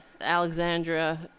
Alexandra